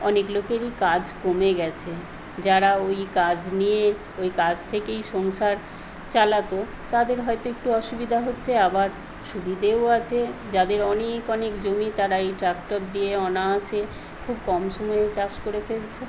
অনেক লোকেরই কাজ কমে গেছে যারা ওই কাজ নিয়েই ওই কাজ থেকেই সংসার চালাতো তাদের হয়তো একটু অসুবিধে হচ্ছে আবার সুবিধেও আছে যাদের অনেক অনেক জমি তারা এই ট্রাক্টর দিয়ে অনায়াসে খুব কম সময়ে চাষ করে ফেলছে